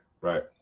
right